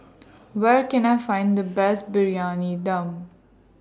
Where Can I Find The Best Briyani Dum